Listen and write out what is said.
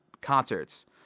concerts